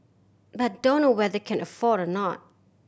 but dunno whether can afford or not